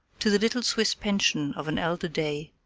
to the little swiss pension of an elder day,